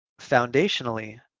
foundationally